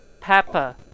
Peppa